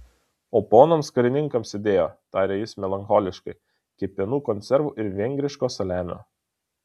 o ponams karininkams įdėjo tarė jis melancholiškai kepenų konservų ir vengriško saliamio